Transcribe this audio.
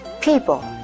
People